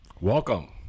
Welcome